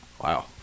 Wow